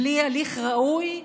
בלי הליך ראוי,